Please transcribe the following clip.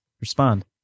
Respond